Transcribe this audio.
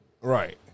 Right